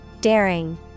Daring